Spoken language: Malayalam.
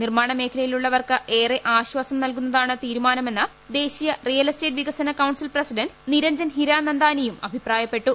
നിർമ്മാണ മേഖലയിലുള്ളവർക്ക് ഏറെ ആശ്വാസം നൽകുന്നതാണ് തീരുമാനമെന്ന് ദേശീയ റിയൽ എസ്റ്റേറ്റ് വികസന കൌൺസിൽ പ്രസിഡന്റ് നിരഞ്ജൻ ഹിരാനന്ദാനിയും അഭിപ്രായപ്പെട്ടു